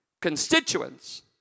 constituents